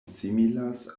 similas